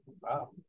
Wow